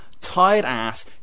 tired-ass